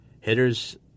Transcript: Hitters